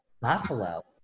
Buffalo